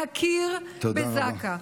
להכיר בזק"א.